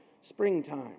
springtime